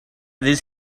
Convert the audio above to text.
this